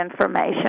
information